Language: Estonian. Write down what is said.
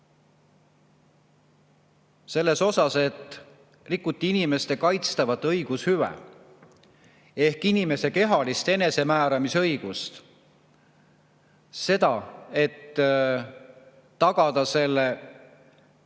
olulist asja, rikuti inimeste kaitstavat õigushüvet ehk inimese kehalist enesemääramise õigust, seda, et tagada selle